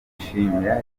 kwishimira